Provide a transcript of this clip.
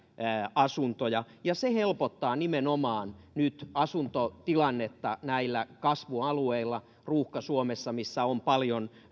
asuntoja ja se helpottaa nimenomaan nyt asuntotilannetta kasvualueilla ruuhka suomessa missä on paljon